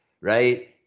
Right